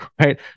right